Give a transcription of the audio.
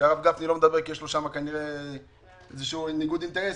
שהרב גפני לא מדבר כי יש לו שמה כנראה איזשהו ניגוד אינטרסים,